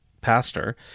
pastor